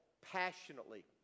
passionately